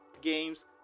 games